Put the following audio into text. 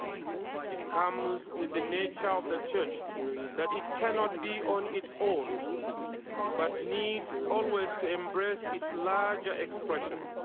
it comes with the nature of the church that it cannot be on its own but needs always to embrace its larger expression.